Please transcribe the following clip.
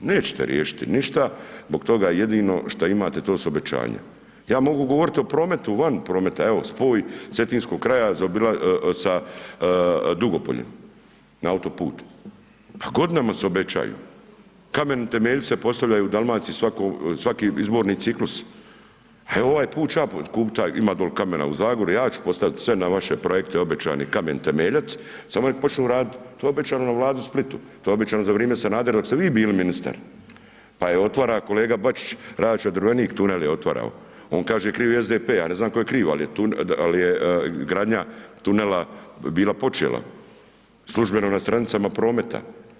Nećete riješiti ništa zbog toga jedino što imate to su obećanja, ja mogu govori o prometu van prometa evo spoj Cetinskog kraja sa Dugo poljem na autoput, pa godinama se obećaju, kamen temeljce postavljaju u Dalmaciji svako, svaki izbori ciklus, a evo ovaj put ću ja kupit taj, ima dol kamena u Zagori ja ću postavit sve na vaše projekte obećani kamen temeljac samo nek počnu radit, to je obećano na Vladi u Splitu, to je obećano za vrijeme Sanadera dok ste vi bili ministar, pa je otvara kolega Bačić, Račva – Drvenik tunel je otvarao, on kaže krivi je SDP, ja ne znam tko je kriv al je gradnja tunela bila počela, službeno na stranicama prometa.